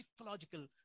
Ecological